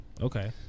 Okay